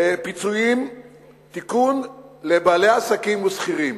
תיקון, פיצויים לבעלי עסקים ושכירים.